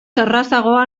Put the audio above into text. errazagoa